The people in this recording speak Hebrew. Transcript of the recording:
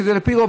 שעל פי רוב,